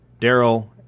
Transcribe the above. Daryl